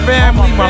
Family